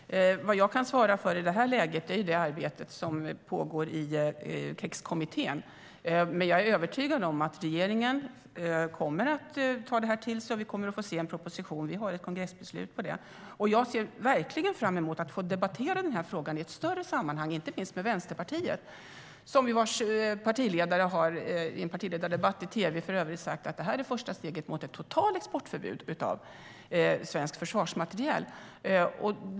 Herr talman! Det jag kan svara för i det här läget är det arbete som pågår i KEX-kommittén, men jag är övertygad om att regeringen kommer att ta det här till sig och att vi kommer att få se en proposition. Vi har ett kongressbeslut på det. Jag ser verkligen fram emot att få debattera frågan i ett större sammanhang, inte minst med Vänsterpartiet - vars partiledare för övrigt har sagt i en partiledardebatt i tv att det här är första steget mot ett totalt exportförbud av svensk försvarsmateriel.